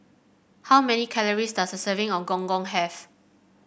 how many calories does a serving of Gong Gong have